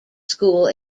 school